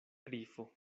grifo